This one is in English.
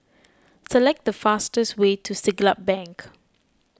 select the fastest way to Siglap Bank